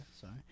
sorry